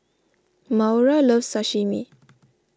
Maura loves Sashimi